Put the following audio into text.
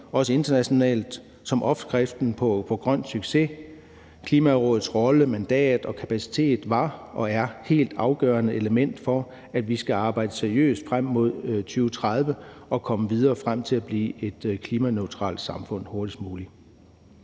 også internationalt, som opskriften på grøn succes. Klimarådets rolle, mandat og kapacitet var og er et helt afgørende element for at arbejde seriøst frem mod 2030 og komme videre frem til at blive et klimaneutralt samfund hurtigst muligt.